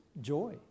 joy